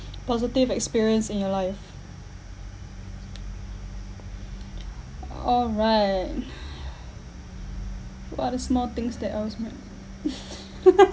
positive experience in your life alright what are the small things that always make